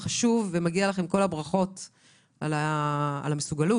למעשה לא צריך את הלשכה הפרטית,